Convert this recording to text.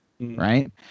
Right